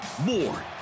More